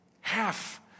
half